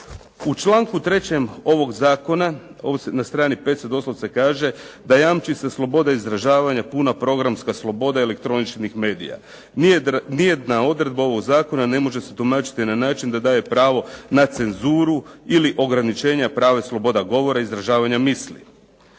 U članku 3. ovog zakona na strani 5 doslovce se kaže, da jamče se slobode izražavanja, puna programska sloboda elektroničkih medija. Nijedna odredba ovog zakona ne može se tumačiti na način da daje pravo na cenzuru ili ograničenja prava i slobode govora i izražavanja misli.